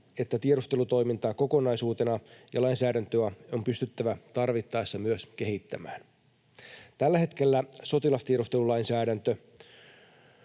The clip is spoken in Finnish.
sekä tiedustelutoimintaa kokonaisuutena että lainsäädäntöä on pystyttävä tarvittaessa myös kehittämään. Tällä hetkellä sotilastiedustelulainsäädäntö